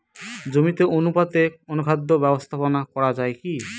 জমিতে অনুপাতে অনুখাদ্য ব্যবস্থাপনা করা য়ায় কি?